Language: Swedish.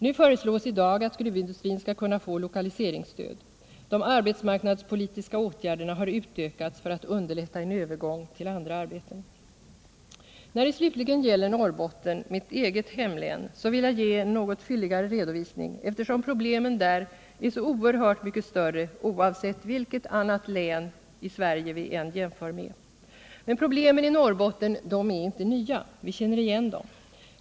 Nu föreslås att gruvindustrin skall kunna få lokaliseringsstöd. De arbetsmarknadspolitiska åtgärderna har utökats för att underlätta en övergång till andra arbeten. När det slutligen gäller Norrbotten, mitt eget hemlän, vill jag ge en något fylligare redovisning, eftersom problemen där är så oerhört mycket större oavsett vilket annat län i Sverige vi jämför med. Problemen i Norrbotten är emellertid inte nya. Vi känner igen dem.